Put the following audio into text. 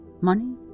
Money